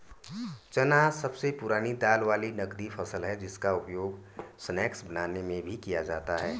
चना सबसे पुरानी दाल वाली नगदी फसल है जिसका उपयोग स्नैक्स बनाने में भी किया जाता है